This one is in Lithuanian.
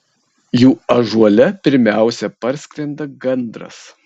jų ąžuole pirmiausia parskrenda gandras